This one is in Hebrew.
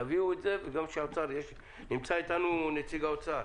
תביאו את זה וגם האוצר יש נמצא איתנו נציג האוצר.